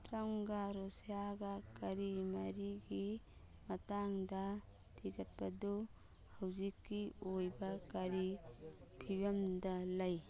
ꯇ꯭ꯔꯝꯒ ꯔꯨꯁꯤꯌꯥꯒ ꯀꯔꯤ ꯃꯔꯤꯒꯤ ꯃꯇꯥꯡꯗ ꯊꯤꯒꯠꯄꯗꯨ ꯍꯧꯖꯤꯛꯀꯤ ꯑꯣꯏꯕ ꯀꯔꯤ ꯐꯤꯕꯝꯗ ꯂꯩ